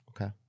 Okay